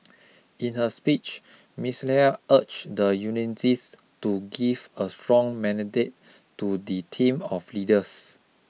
in her speech Miss Nair urged the unionists to give a strong mandate to the team of leaders